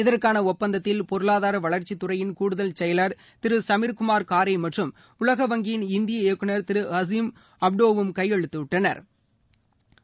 இதற்கான ஒப்பந்தத்தில் பொருளாதார வளர்ச்சி துறையின் கூடுதல் செயலர் திரு சமீர் குமார் காரே மற்றும் உலக வங்கியின் இந்திய இயக்குநர் திரு கிசாம் அப்டோ வும் கையெழுத்திட்டனா்